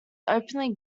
openly